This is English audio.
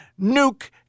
Nuke